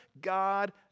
God